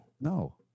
No